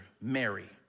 Mary